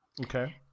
Okay